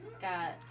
got